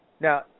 Now